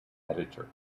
editor